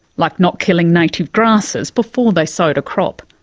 like not killing native grasses before they sowed a crop.